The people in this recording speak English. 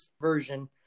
version